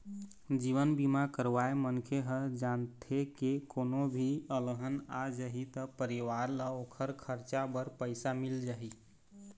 जीवन बीमा करवाए मनखे ह जानथे के कोनो भी अलहन आ जाही त परिवार ल ओखर खरचा बर पइसा मिल जाही